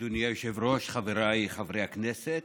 אדוני היושב-ראש, חבריי חברי הכנסת,